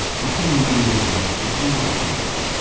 what do you really want to do here?